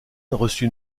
reçut